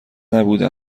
نبوده